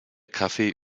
kaffee